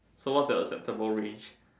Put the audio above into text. so what's your acceptable range